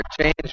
change